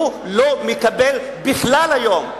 שהוא לא מקבל בכלל היום.